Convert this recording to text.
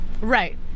right